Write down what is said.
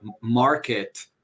market